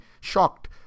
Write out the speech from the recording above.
shocked